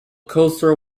coaster